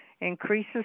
increases